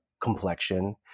complexion